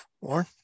Warren